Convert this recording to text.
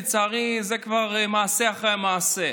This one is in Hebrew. לצערי זה כבר מעשה אחרי המעשה.